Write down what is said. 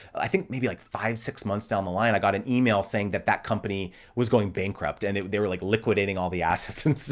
i think maybe like five, six months down the line, i got an email saying that, that company was going bankrupt and they were like liquidating all the assets and stuff.